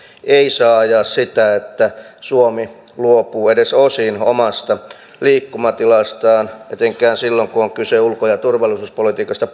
ei saa ajaa sitä että suomi luopuu edes osin omasta liikkumatilastaan etenkään silloin kun on kyse ulko ja turvallisuuspolitiikasta